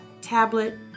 tablet